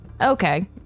Okay